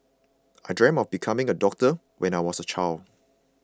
I dreamt of becoming a doctor when I was a child